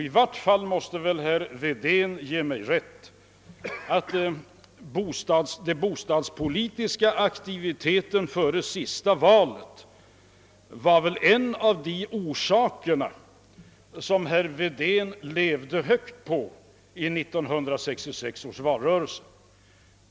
I varje fall måste väl herr Wedén ge mig rätt när jag säger att herr Wedén levde högt på den bostadspolitiska aktiviteten i 1966 års valrörelse.